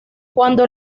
cuando